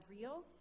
real